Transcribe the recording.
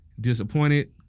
disappointed